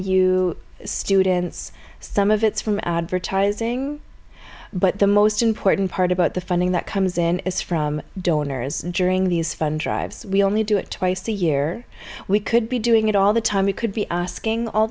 you students some of it's from advertising but the most important part about the funding that comes in is from donors during these fun drives we only do it twice a year we could be doing it all the time it could be asking all